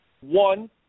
One